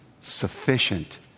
sufficient